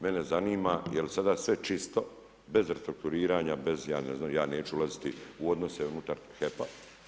Mene zanima, jel sada sve čisto, bez restauriranja, bez, ja ne znam, ja neću ulaziti u odnose unutar HEP-a.